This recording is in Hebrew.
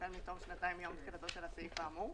החל מתום שנתיים מיום תחילתו של הסעיף האמור,